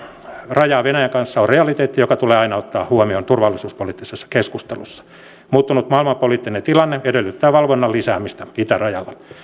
rajaa venäjän kanssa on realiteetti joka tulee aina ottaa huomioon turvallisuuspoliittisessa keskustelussa muuttunut maailmanpoliittinen tilanne edellyttää valvonnan lisäämistä itärajalla